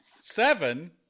seven